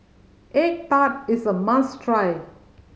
egg tart is a must try